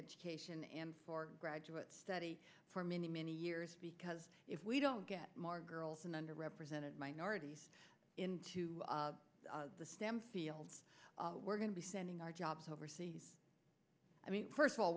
education and for graduate study for many many years because if we don't get more girls and under represented minorities into the stem fields we're going to be sending our jobs overseas i mean first of all